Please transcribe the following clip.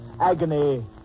agony